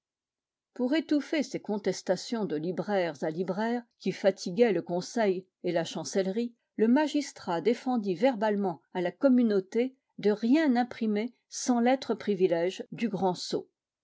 pour étouffer ces contestations de libraires à libraires qui fatiguaient le conseil et la chancellerie le magistrat défendit verbalement à la communauté de rien imprimer sans lettres privilèges du grand sceau